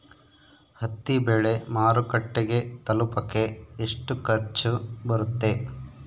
ಹತ್ತಿ ಬೆಳೆ ಮಾರುಕಟ್ಟೆಗೆ ತಲುಪಕೆ ಎಷ್ಟು ಖರ್ಚು ಬರುತ್ತೆ?